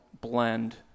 blend